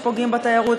שפוגעות בתיירות,